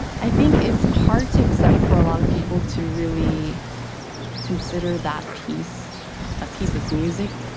i think it's hard to accept for a lot of people to really consider that piece a piece of music,